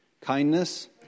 kindness